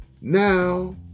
now